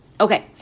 Okay